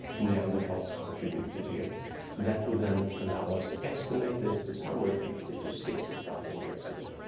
neanderthals contributed here. so that would then allow us to estimate this to somewhere fifty to sixty thousand years ago.